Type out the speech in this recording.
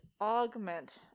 augment